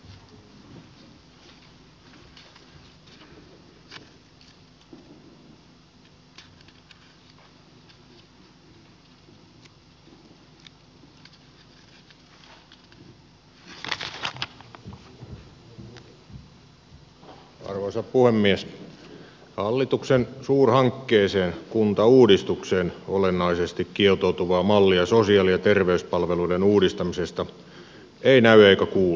hal lituksen suurhankkeeseen kuntauudistukseen olennaisesti kietoutuvaa mallia sosiaali ja terveyspalveluiden uudistamisesta ei näy eikä kuulu